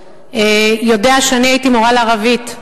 יודע שאני הייתי מורה לערבית,